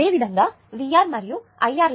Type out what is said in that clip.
అదేవిధంగా VR మరియు I R